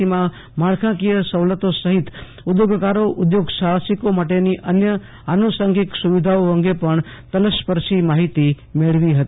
સીમાં માળખાકીય સવલતો સફીત ઉદ્યોગકારો ઉદ્યોગ સાફસિકો માટેની અન્ય આનુસાંગિક સુવિધાઓ અંગે પણ તલસ્પર્શી માહિતી મેળવી ફતી